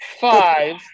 five